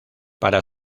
para